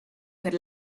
per